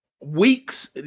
Weeks